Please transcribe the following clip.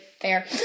fair